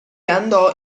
andò